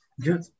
good